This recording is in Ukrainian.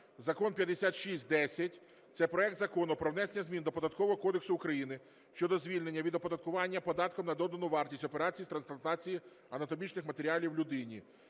Закон 5610. Це проект Закону про внесення змін до Податкового кодексу України (щодо звільнення від оподаткування податком на додану вартість операцій з трансплантації анатомічних матеріалів людині).